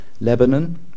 Lebanon